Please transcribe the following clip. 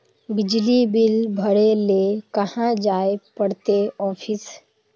बिजली बिल भरे ले कहाँ जाय पड़ते ऑफिस?